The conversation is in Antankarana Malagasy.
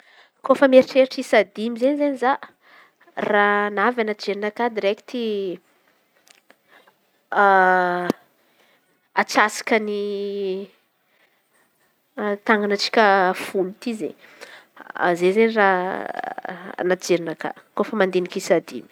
Kôfa mieritreritry isa dimy izen̈y ze zaho. Raha navy anaty fijerinakà direkty atsasaky ny tan̈anantsika folo ty zey zay ze raha anaty jerinakà kôfa mandin̈iky isa dimy.